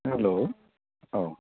हेल' औ